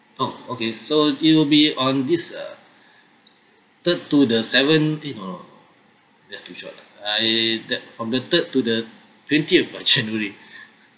oh okay so it'll be on this uh third to the seventh eight or not that's too short I the from the third to the twentieth of january